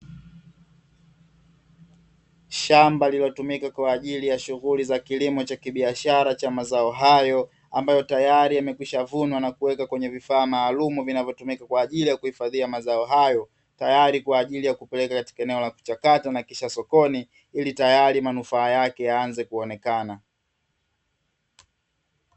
Shamba lililotumika kwa ajili ya shughuli za kilimo cha kibiashara cha mazao hayo, ambayo tayari yamekwishavunwa na kuwekwa kwenye vifaa maalumu vinavyotumika kwa ajili ya kuhifadhia mazao hayo, tayari kwa ajili ya kupeleka katika eneo la kuchakata na kisha sokoni ili tayari manufaa yake yaanze kuonekana.